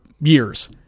years